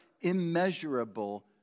immeasurable